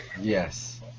Yes